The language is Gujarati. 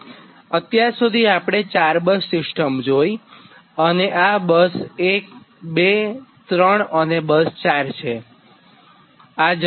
અત્યાર સુધી આપણે 4 બસ સિસ્ટમ જોઇ છે અને આ બસ 1 બસ 2 બસ 3 અને બસ 4 છે